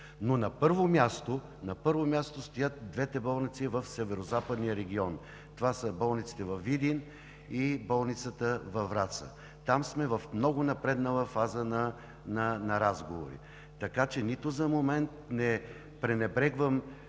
На първо място стоят двете болници в Северозападния регион – болниците във Видин и във Враца. Там сме в много напреднала фаза на разговори. Така че нито за момент не пренебрегвам